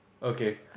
okay